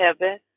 heaven